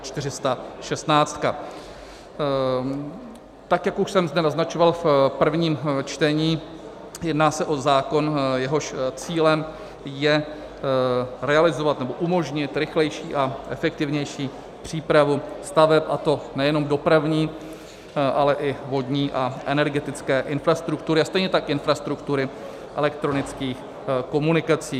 Tak jak už jsem zde naznačoval v prvním čtení, jedná se o zákon, jehož cílem je realizovat nebo umožnit rychlejší a efektivnější přípravu staveb, a to nejenom dopravní, ale i vodní a energetické infrastruktury a stejně tak infrastruktury elektronických komunikací.